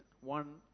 One